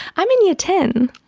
i'm in year ten.